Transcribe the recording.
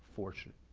fortunate.